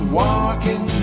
walking